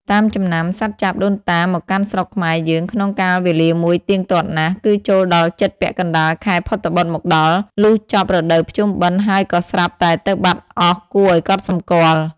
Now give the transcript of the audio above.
តាមចំណាំ សត្វចាបដូនតាមកកាន់ស្រុកខ្មែរយើងក្នុងកាលវេលាមួយទៀងទាត់ណាស់ គឺចូលដល់ជិតពាក់កណ្ដាលខែភទ្របទមកដល់ លុះចប់រដូវភ្ជុំបិណ្ឌហើយក៏ស្រាប់តែទៅបាត់អស់គួរឱ្យកត់សម្គាល់។